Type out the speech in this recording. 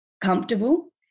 comfortable